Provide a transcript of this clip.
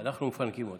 אנחנו מפנקים אותם?